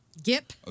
Gip